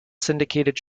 syndicated